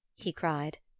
he cried.